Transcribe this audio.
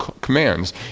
commands